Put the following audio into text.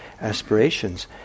aspirations